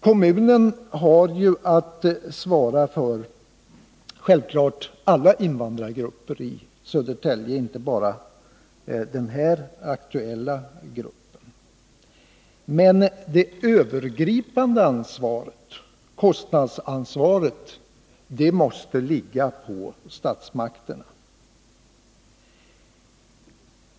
Kommunen har självfallet att svara för alla invandrargrupper i Södertälje, inte bara den nu aktuella gruppen. Men det övergripande ansvaret, kostnadsansvaret, måste ligga på statsmakten.